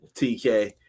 TK